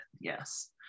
yes